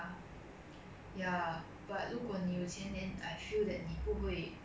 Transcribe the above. ya because with money you can buy a lot of things you definitely can survive in the world